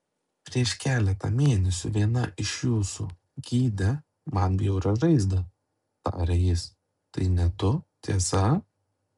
prieš keletą mėnesių viena iš jūsų gydė man bjaurią žaizdą tarė jis tai ne tu tiesa